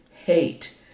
hate